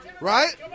Right